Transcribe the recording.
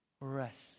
Rest